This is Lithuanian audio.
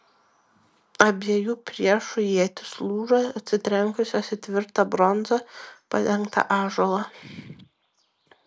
abiejų priešų ietys lūžo atsitrenkusios į tvirta bronza padengtą ąžuolą